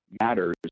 matters